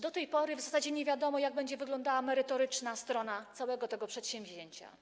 Do tej pory w zasadzie nie wiadomo, jak będzie wyglądała merytoryczna strona całego tego przedsięwzięcia.